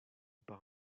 par